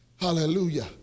hallelujah